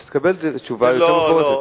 אתה תקבל תשובה יותר מפורטת.